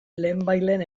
lehenbailehen